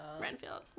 Renfield